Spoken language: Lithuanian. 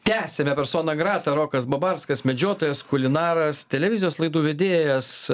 tęsiame persona grata rokas babarskas medžiotojas kulinaras televizijos laidų vedėjas